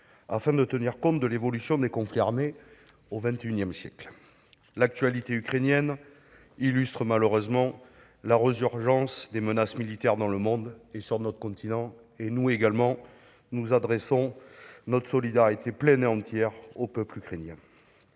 afin de tenir compte de l'évolution des conflits armés au XXI siècle. L'actualité ukrainienne illustre malheureusement la résurgence des menaces militaires dans le monde et sur notre continent. Notre groupe exprime, lui aussi, sa solidarité pleine et entière à l'égard du peuple ukrainien.